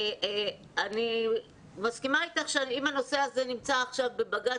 אני מסכימה איתך שאם הנושא הזה נמצא עכשיו בבג"צ,